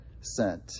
sent